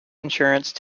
insurance